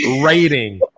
rating